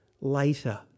later